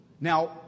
Now